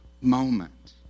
moment